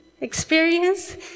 experience